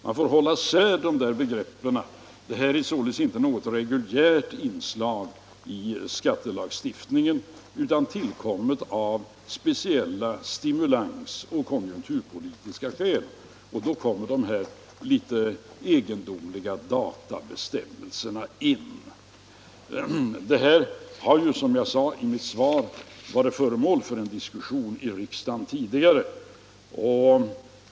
Man får hålla isär de här begreppen. Detta är således inte något reguljärt inslag i skattelagstiftningen utan — Nr 68 tillkommet av speciella stimulansoch konjunkturpolitiska skäl. Därför Måndagen den kom de här litet egendomliga datumbestämmelserna in. 28 april 1975 Denna fråga har, som jag sade i mitt interpellationssvar, varit föremål för diskussion i riksdagen tidigare.